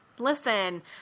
Listen